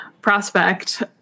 prospect